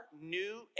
new